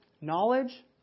knowledge